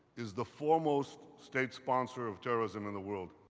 is the foremost state sponsor of terrorism in the world.